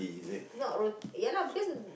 ya lah because